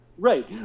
Right